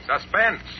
Suspense